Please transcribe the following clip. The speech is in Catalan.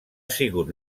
sigut